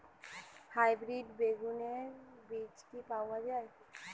Hybrid বেগুনের বীজ কি পাওয়া য়ায়?